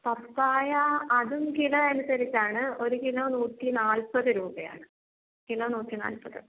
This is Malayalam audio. പപ്പായ അതും കിലോ അനുസരിച്ച് ആണ് ഒരു കിലോ നൂറ്റി നാല്പത് രൂപയാണ് കിലോ നൂറ്റി നാല്പത്